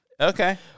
Okay